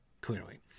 clearly